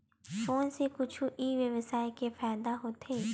Phone से कुछु e व्यवसाय हे फ़ायदा होथे?